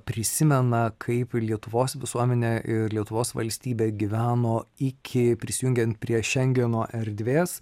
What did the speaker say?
prisimena kaip lietuvos visuomenė ir lietuvos valstybė gyveno iki prisijungiant prie šengeno erdvės